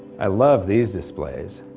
i love these displays,